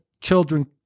children